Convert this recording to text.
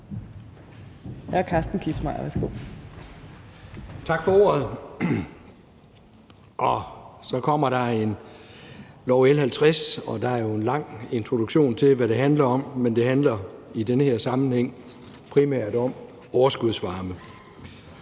Tak for ordet. Så kommer der et lovforslag, L 60, og der er jo en lang introduktion til, hvad det handler om. Men det handler i den her sammenhæng primært om overskudsvarme.